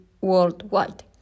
worldwide